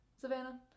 Savannah